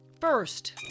First